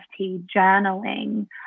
journaling